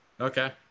Okay